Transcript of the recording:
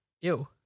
Ew